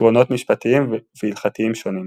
עקרונות משפטיים והלכתיים שונים.